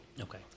Okay